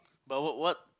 but what what